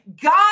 God